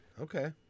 Okay